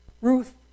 Ruth